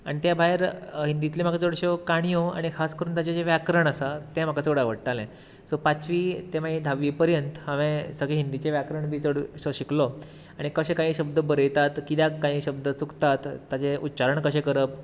आनी त्या भायर हिंदीतल्यो म्हाका चडश्यो काणयो आनी खास करून ताजें जें व्याकरण आसा तें म्हाका चड आवडटालें सो पाचवी ते मागीर धावी पर्यंत हांवे सगलें हिंदीचें व्याकरण बी सगळो शिकलो आनी कशे कांयी शब्द बरयतात कित्याक कांय हे शब्द चुकतात ताचें उच्चारण कशें करप